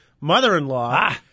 mother-in-law